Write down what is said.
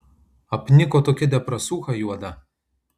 apniko tokia depresūcha juoda